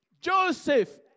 Joseph